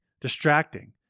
distracting